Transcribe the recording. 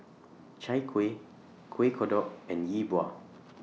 Chai Kuih Kuih Kodok and Yi Bua